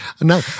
no